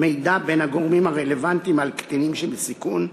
מידע בין הגורמים הרלוונטיים על קטינים שבסיכון,